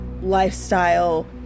lifestyle